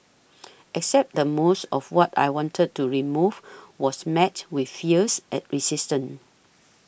except that most of what I wanted to remove was met with fierce at resistance